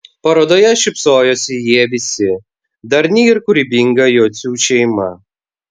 parodoje šypsojosi jie visi darni ir kūrybinga jocių šeima